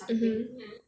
mmhmm